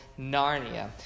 Narnia